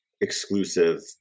exclusive